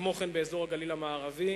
כמו כן, באזור הגליל המערבי,